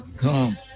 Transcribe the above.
come